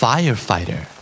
Firefighter